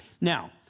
Now